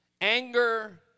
Anger